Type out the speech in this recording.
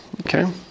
Okay